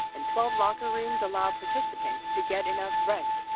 and twelve locker rooms allow participants to get enough rest,